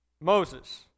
Moses